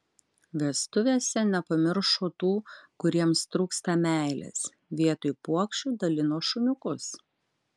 vestuvėse nepamiršo tų kuriems trūksta meilės vietoj puokščių dalino šuniukus